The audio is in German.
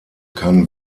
kann